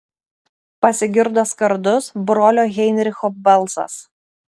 pasigirdo skardus brolio heinricho balsas